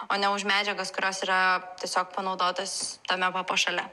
o ne už medžiagas kurios yra tiesiog panaudotos tame papuošale